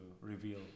reveal